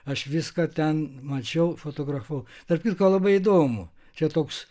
aš viską ten mačiau fotografavau tarp kitko labai įdomu čia toks